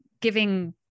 giving